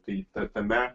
kaita tame